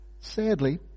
Sadly